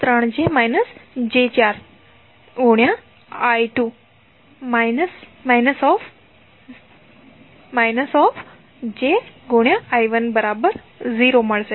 તમને 4j3−j4 I2 − −j4I1 0 મળશે